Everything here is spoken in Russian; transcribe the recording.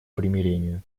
примирению